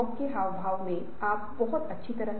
अन्यथा हमारा व्यवसाय संगठन में Competitive नहीं होगा